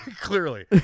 Clearly